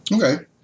Okay